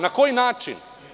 Na koji način?